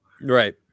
right